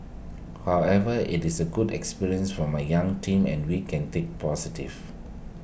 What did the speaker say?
however IT is A good experience for my young team and we can take positives